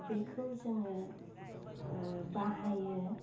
बेखौ जोङो बाहायो